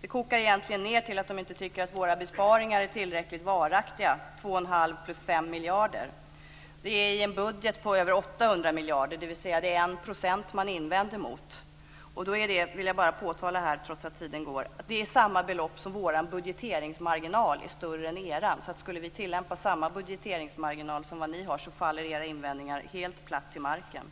Det kokar egentligen ned till att de inte tycker att våra besparingar är tillräckligt varaktiga, dessa 2,5 + 5 miljarder. Det är i en budget på över 800 miljarder. Det är med andra ord 1 % man invänder mot. Då vill jag bara påpeka, trots att min talartid går, att det är samma belopp som vår budgeteringsmarginal är större än er med. Skulle vi tillämpa samma budgeteringsmarginal som ni faller alltså era invändningar platt till marken.